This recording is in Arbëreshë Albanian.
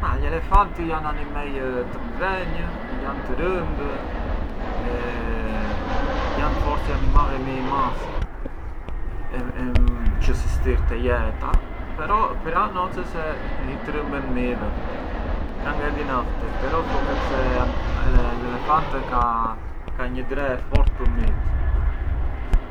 Ma gli elefanti janë animej të mdhenj, të rëndë, jan forsi animalli më i madh çë sistir te jeta, pran però oce se i trëmben fort mivet, pran ngë e di na ë ftet, però oce thuhet se l’elefante ka një dre e fort për mitë.